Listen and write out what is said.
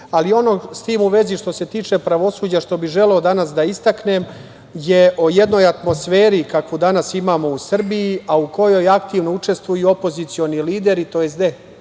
ali ono, s tim u vezi, što se tiče pravosuđa, što bih želeo danas da istaknem je o jednoj atmosferi kakvu danas imamo u Srbiju, a u kojoj aktivno učestvuju opozicioni lideri, tj. deo